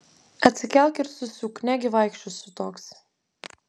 atsikelk ir susiūk negi vaikščiosiu toks